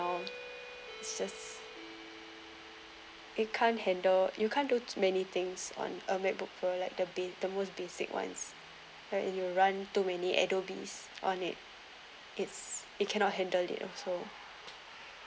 all it's just it can't handle you can't do many things on a macbook pro like the ba~ the most basic ones like and you run too many adobes on it it's it cannot handle it also